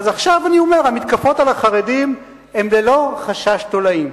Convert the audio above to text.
אז עכשיו אני אומר: המתקפות על החרדים הן ללא חשש תולעים.